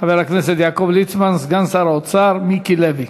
חבר הכנסת יעקב ליצמן, סגן שר האוצר מיקי לוי.